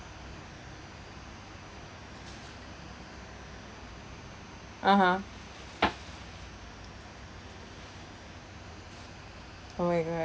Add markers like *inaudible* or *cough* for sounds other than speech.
(uh huh) *noise* oh my god